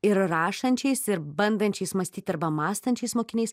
ir rašančiais ir bandančiais mąstyt arba mąstančiais mokiniais